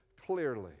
clearly